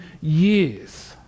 years